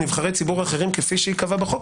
נבחרי ציבור אחרים כפי שייקבע בחוק,